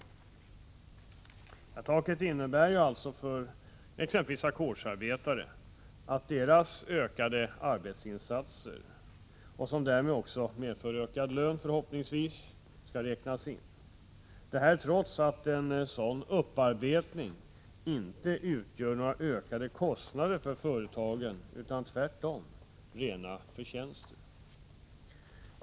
5-procentstaket innebär alltså för exempelvis ackordsarbetare att deras ökade arbetsinsatser, som därmed förhoppningsvis medför ökad lön, skall räknas in — detta trots att en sådan upparbetning inte utgör någon ökad kostnad för företagen utan tvärtom rena förtjänsten.